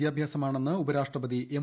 വിദ്യാഭ്യാസമാണ്ണെന്ന് ഉപരാഷ്ട്രപതി എം